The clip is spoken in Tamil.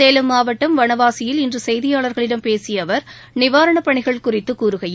சேலம் மாவட்டம் வளவாசியில் இன்றுசெய்தியாளர்களிடம் பேசியஅவர் நிவாரணப் பணிகள் குறித்துகூறுகையில்